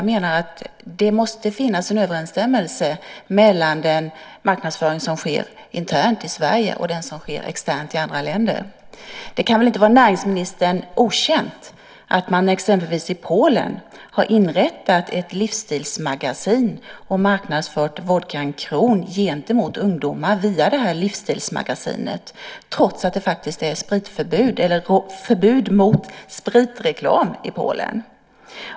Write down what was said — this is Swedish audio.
Det måste finnas en överensstämmelse mellan den marknadsföring som sker internt i Sverige och den som sker externt i andra länder. Det kan inte vara näringsministern okänt att man exempelvis i Polen har inrättat ett livsstilsmagasin där man marknadsför Kronvodkan gentemot ungdomar via det här livsstilsmagasinet, trots att det faktiskt är förbud mot spritreklam i Polen.